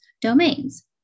domains